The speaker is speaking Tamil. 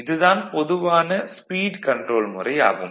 இது தான் பொதுவான ஸ்பீட் கன்ட்ரோல் முறையாகும்